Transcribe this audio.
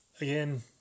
again